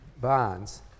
bonds